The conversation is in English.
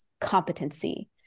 competency